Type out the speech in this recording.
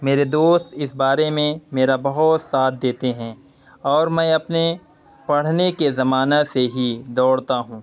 میرے دوست اس بارے میں میرا بہت ساتھ دیتے ہیں اور میں اپنے پڑھنے کے زمانہ سے ہی دوڑتا ہوں